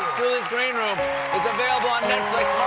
julie's greenroom is available on netflix